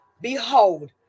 Behold